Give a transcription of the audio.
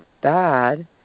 bad